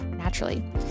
naturally